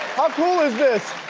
how cool is this!